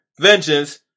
vengeance